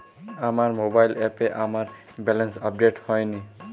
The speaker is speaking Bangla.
আমার মোবাইল অ্যাপে আমার ব্যালেন্স আপডেট হয়নি